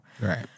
Right